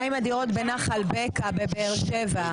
מה עם הדירות בנחל בקע, בבאר שבע?